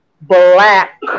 black